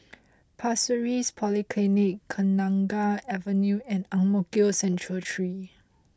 Pasir Ris Polyclinic Kenanga Avenue and Ang Mo Kio Central three